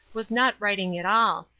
was not writing at all,